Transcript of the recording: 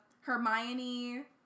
Hermione